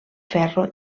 ferro